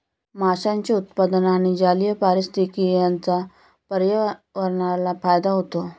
माशांचे उत्पादन आणि जलीय पारिस्थितिकी यांचा पर्यावरणाला फायदा होतो